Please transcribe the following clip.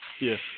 Yes